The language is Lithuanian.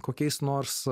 kokiais nors